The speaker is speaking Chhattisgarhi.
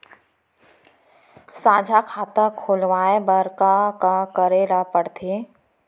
साझा खाता खोलवाये बर का का करे ल पढ़थे?